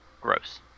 Gross